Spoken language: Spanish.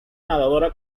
nadadora